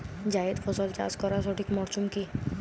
জায়েদ ফসল চাষ করার সঠিক মরশুম কি?